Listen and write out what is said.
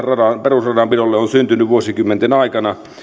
perusradanpidolle on syntynyt vuosikymmenten aikana